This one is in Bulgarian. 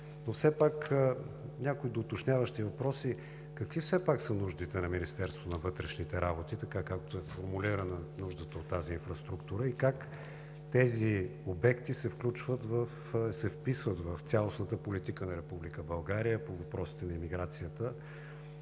Но все пак някои доуточняващи въпроси: какви са нуждите на Министерството на вътрешните работи – така както е формулирана нуждата от тази инфраструктура, и как тези обекти се вписват в цялостната политика на Република България по въпросите на емиграцията,